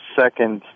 second